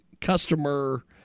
customer